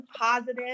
positive